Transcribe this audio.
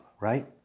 right